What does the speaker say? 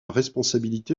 responsabilité